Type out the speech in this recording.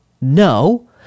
No